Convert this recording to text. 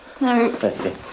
No